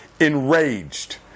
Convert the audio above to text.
enraged